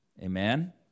Amen